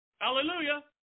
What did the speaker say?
Hallelujah